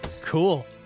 Cool